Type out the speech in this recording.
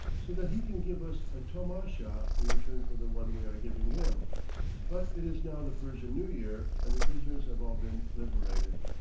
so that he can give us a tomasha in return for the one we are giving him but it is now the persian new year, and the prisoners have all been liberated.